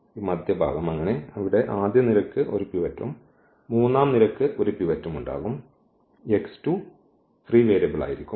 ഈ മധ്യഭാഗം അങ്ങനെ ഇവിടെ ആദ്യ നിരയ്ക്ക് ഒരു പിവറ്റും മൂന്നാം നിരയ്ക്ക് ഒരു പിവറ്റും ഉണ്ടാകും ഈ ഫ്രീ വേരിയബിളായിരിക്കും